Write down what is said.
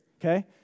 Okay